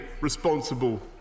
responsible